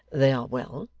they are well